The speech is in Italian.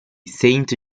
sainte